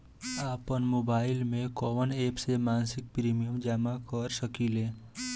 आपनमोबाइल में कवन एप से मासिक प्रिमियम जमा कर सकिले?